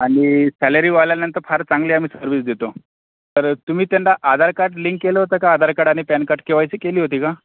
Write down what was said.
आणि सॅलरीवाल्यांना तर फार चांगली आम्ही सर्विस देतो तर तुम्ही त्यांना आधार कार्ड लिंक केलं होतं का आधार कार्ड आणि PAN card K Y C केली होती का